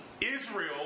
Israel